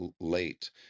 late